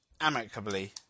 amicably